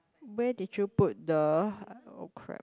where did you put the oh crap